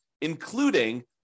including